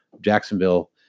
Jacksonville